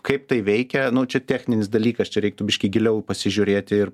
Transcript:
kaip tai veikia nu čia techninis dalykas čia reiktų biškį giliau pasižiūrėti ir